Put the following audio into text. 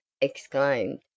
exclaimed